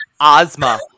Ozma